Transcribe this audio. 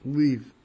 leave